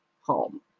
home